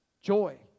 joy